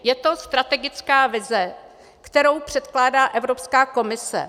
Je to strategická vize, kterou předkládá Evropská komise.